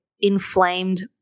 inflamed